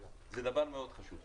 זה דבר מאוד חשוב.